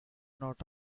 not